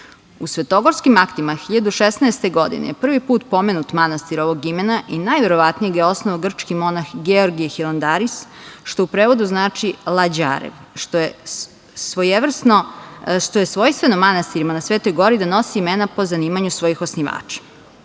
svetogorskim aktima 1016. godine prvi put pomenut manastir ovog imena i najverovatnije ga je osnova grčki monah Georgije Hilandaris, što u prevodu znači – lađarev, što je svojstveno manastirima na Svetoj Gori da nose imena po zanimanju svojih osnivača. Život